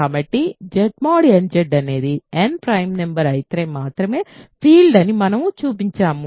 కాబట్టి Z mod nZ అనేది n prime number అయితే మాత్రమే ఫీల్డ్ అని మనము చూపించాము